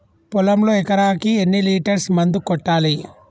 పొలంలో ఎకరాకి ఎన్ని లీటర్స్ మందు కొట్టాలి?